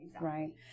right